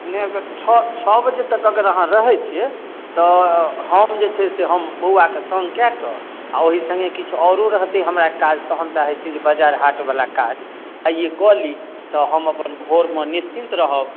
नहि अगर छओ छओ बजे तक अगर अहाँ रहै छियै तऽ हम जे छै से हम बौआ कए सङ कए कऽ आ ओहि सङे किछ आओरो रहतै हमरा काज तऽ हम चाहै छियै जे बजार हाट बला काज आइए कऽ ली तऽ हम अपन भोरमे निश्चिन्त रहब